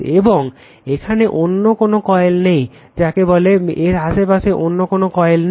এবং এখানে অন্য কোন কয়েল নেই যাকে বলে এর আসেপাশে অন্য কোন কয়েল নেই